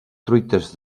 truites